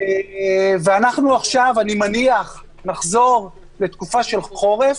אני מניח שאנחנו עכשיו נחזור לתקופה של חורף,